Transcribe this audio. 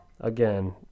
Again